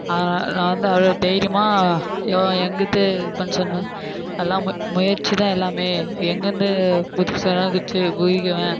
நான் வந்து அவ்வளோ தைரியமாக எங்கிட்டு இருப்பேன் சொல் எல்லாம் முயற்சி தான் எல்லாமே எங்கேருந்து குதிக்க சொன்னாலும் குச்சி குதிக்குவேன்